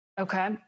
Okay